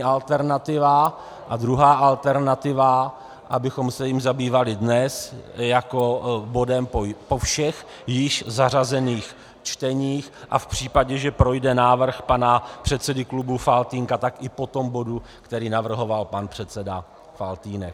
A druhá alternativa, abychom se jím zabývali dnes jako bodem po všech již zařazených čteních, a v případě, že projde návrh pana předsedy klubu Faltýnka, tak i po tom bodu, který navrhoval pan předseda Faltýnek.